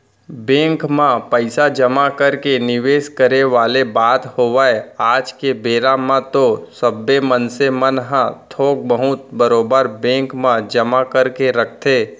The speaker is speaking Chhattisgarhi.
बेंक म पइसा जमा करके निवेस करे वाले बात होवय आज के बेरा म तो सबे मनसे मन ह थोक बहुत बरोबर बेंक म जमा करके रखथे